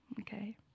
Okay